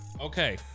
Okay